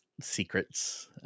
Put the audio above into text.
secrets